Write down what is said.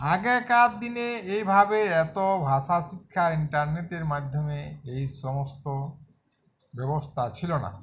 আগেকার দিনে এইভাবে এত ভাষা শিক্ষা ইন্টারনেটের মাধ্যমে এই সমস্ত ব্যবস্থা ছিলো না